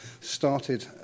started